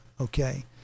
okay